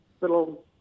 little